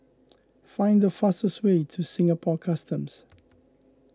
find the fastest way to Singapore Customs